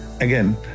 Again